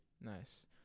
Nice